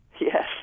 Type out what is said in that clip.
Yes